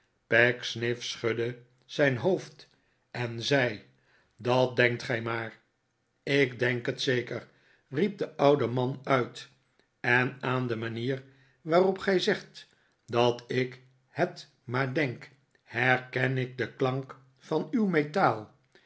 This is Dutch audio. pecksniff schudde zijn hopfd en zei dat denkt gij maar ik denk het zeker riep de oude man uit en aan de manier waarop gij zegt dat ik het maar denk herken ik den klank van uw metaal